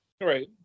Right